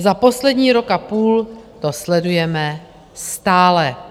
Za poslední rok a půl to sledujeme stále.